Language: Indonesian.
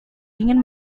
ingin